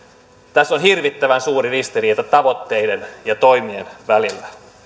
tässä on hirvittävän suuri ristiriita tavoitteiden ja toimien välillä